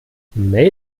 made